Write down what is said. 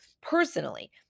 personally